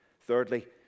Thirdly